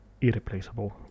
irreplaceable